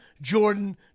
Jordan